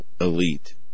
elite